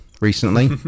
recently